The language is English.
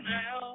now